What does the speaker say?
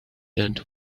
and